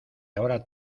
ahora